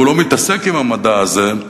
והוא לא מתעסק עם המדע הזה,